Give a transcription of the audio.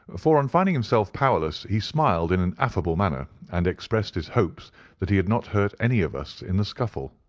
for on finding himself powerless, he smiled in an affable manner, and expressed his hopes that he had not hurt any of us in the scuffle.